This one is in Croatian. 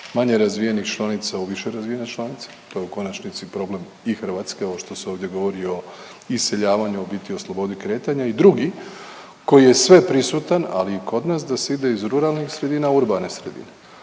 manje razvijenih članica u više razvijene članice. To je u konačnici problem i Hrvatske, ovo što se ovdje govori o iseljavanju u biti o slobodi kretanja. I drugi, koji je sveprisutan ali i kod nas da se ide iz ruralnih sredina u urbane sredine.